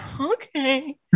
Okay